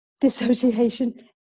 dissociation